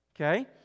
Okay